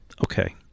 Okay